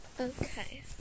Okay